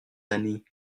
années